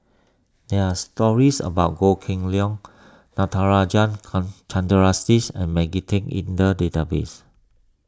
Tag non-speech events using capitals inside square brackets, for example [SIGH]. there are stories about Goh Kheng Long Natarajan Kan [UNINTELLIGIBLE] and Maggie Teng in the database